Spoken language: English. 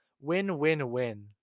Win-win-win